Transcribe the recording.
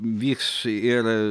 vyks ir